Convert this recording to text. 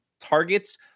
targets